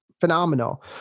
phenomenal